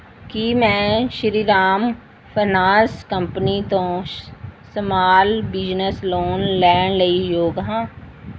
ਕੀ ਮੈਂ Shriram finance company ਤੋਂ small business loan ਲੈਣ ਲਈ ਯੋਗ ਹਾਂ